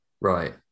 Right